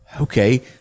Okay